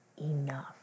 enough